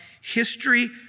History